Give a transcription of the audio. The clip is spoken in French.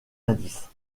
indices